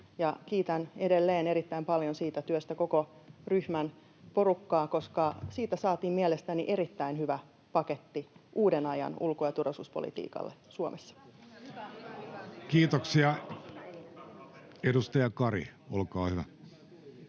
Kiitän edelleen erittäin paljon siitä työstä koko ryhmän porukkaa, koska siitä saatiin mielestäni erittäin hyvä paketti uuden ajan ulko- ja turvallisuuspolitiikalle Suomessa. [Vasemmalta: Hyvä